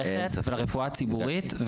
למערכת ולרפואה הציבורית,